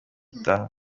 gitaha